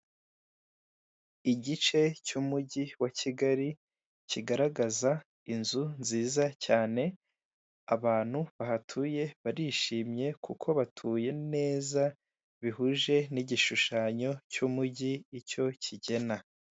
Igice cy'umugi wa kigali kigaragaza inzu nziza cyane abantu bahatuye barishimye kuko batuye neza bihuje n'igishushanyo cy'umugi icyo kigena